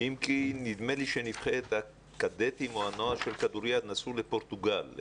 אם כי נדמה לי שנבחרת הקדטים או הנוער של כדוריד נסעו לפורטוגל,